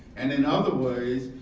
and in other ways,